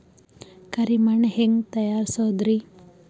ಕರಿ ಮಣ್ ಹೆಂಗ್ ತಯಾರಸೋದರಿ?